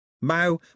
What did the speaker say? Mao